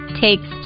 Takes